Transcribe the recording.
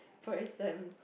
for eastern